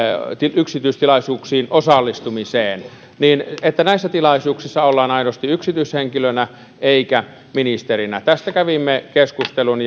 yksityistilaisuuksiin osallistumiseen niin näissä tilaisuuksissa ollaan aidosti yksityishenkilönä eikä ministerinä tästä kävimme keskustelun